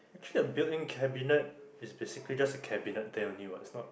actually a building cabinet is basically just a cabinet there only what is not